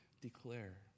declare